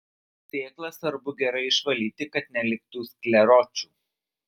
sėklas svarbu gerai išvalyti kad neliktų skleročių